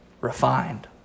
refined